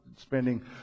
spending